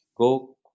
go